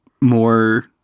more